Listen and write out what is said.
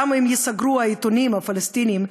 גם אם ייסגרו העיתונים הפלסטינים,